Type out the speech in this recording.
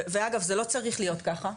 ואגב זה לא צריך להיות ככה,